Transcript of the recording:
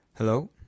Hello